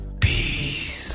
peace